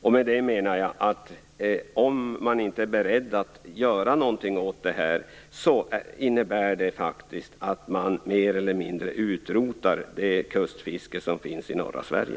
Om man inte är beredd att göra någonting åt det här innebär det faktiskt att man mer eller mindre utrotar det kustfiske som finns i norra Sverige.